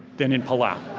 than in palau.